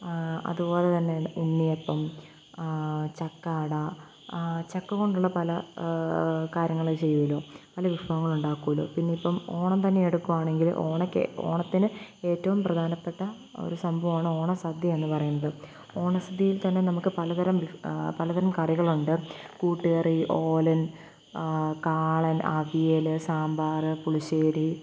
അതുപോലെതന്നെ ഉണ്ണിയപ്പം ചക്ക അട ചക്കകൊണ്ടുള്ള പല കാര്യങ്ങള് ചെയ്യുമല്ലോ പല വിഭവങ്ങളുണ്ടാക്കുമല്ലോ പിന്നിപ്പോള് ഓണം തന്നെ എടുക്കുവാണെങ്കില് ഓണത്തിന് ഏറ്റവും പ്രധാനപ്പെട്ട ഒരു സംഭവമാണ് ഓണസദ്യ എന്ന് പറയുന്നത് ഓണസദ്യയിൽത്തന്നെ നമുക്ക് പലതരം പലതരം കറികളുണ്ട് കൂട്ടുകറി ഓലൻ കാളൻ അവിയല് സാമ്പാറ് പുളിശ്ശേരി